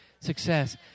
Success